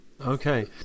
Okay